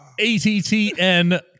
ATTN